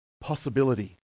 possibility